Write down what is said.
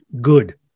good